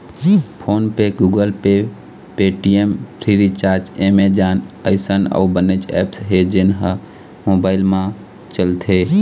phone पे, Google Pay, Paytm, Freecharge, Amazon अइसन अउ बनेच ऐप्स हे जेन ह मोबाईल म चलथे